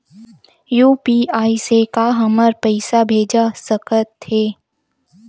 UPI से का हमर पईसा भेजा सकत हे?